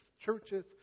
churches